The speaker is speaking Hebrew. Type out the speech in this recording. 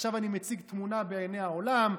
עכשיו אני מציג תמונה בעיני העולם,